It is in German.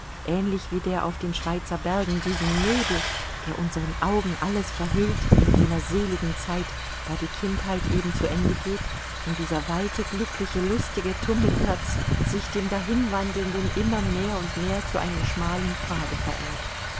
ähnlich wie der auf den schweizer bergen diesen nebel der unseren augen alles verhüllt in jener seligen zeit da die kindheit eben zu ende geht und dieser weite glückliche lustige tummelplatz sich dem dahinwandelnden immer mehr und mehr zu einem schmalen pfade verengt